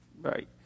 Right